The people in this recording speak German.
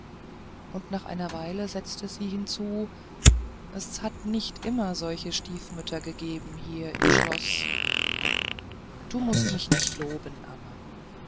und nach einer weile setzte sie hinzu es hat nicht immer solche stiefmütter gegeben hier im schloß du mußt mich nicht so loben amme